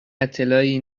اطلاعی